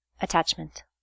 attachment